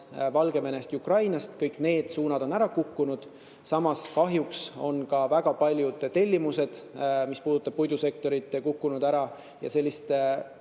Valgevenest ja Ukrainast, aga kõik need suunad on ära kukkunud. Kahjuks on ka väga paljud tellimused, mis puudutavad puidusektorit, ära kukkunud ja sellist